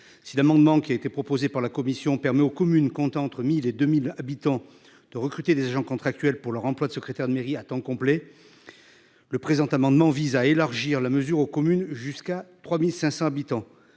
Si l'amendement qui a été proposé par la Commission permet aux communes comptant entre 1000 et 2000 habitants de recruter des agents contractuels pour leur emploi de secrétaire de mairie à temps complet. Le présent amendement vise à élargir la mesure aux communes jusqu'à 3500 habitants.